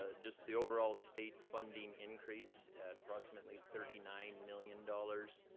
ah just the overall state funding increase at approximately thirty nine million dollars.